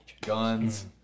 Guns